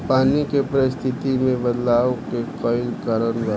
पानी के परिस्थिति में बदलाव के कई कारण बा